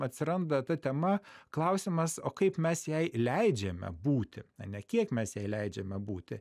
atsiranda ta tema klausimas o kaip mes jai leidžiame būti ane kiek mes jai leidžiame būti